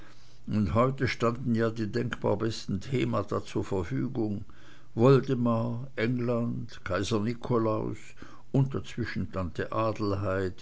und heute standen ja die denkbar besten themata zur verfügung woldemar england kaiser nikolaus und dazwischen tante adelheid